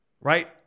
right